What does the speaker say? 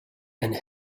and